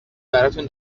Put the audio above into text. براتون